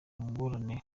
ngorane